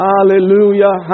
Hallelujah